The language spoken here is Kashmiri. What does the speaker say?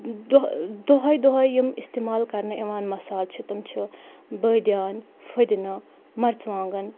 دۄہ دۄہَے دۄہَے یِم استعمال کَرنہٕ یِوان مصالہٕ چھِ تٕم چھِ بٲدیان فٔدنہٕ مَرژٕوانٛگَن